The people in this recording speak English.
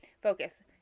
Focus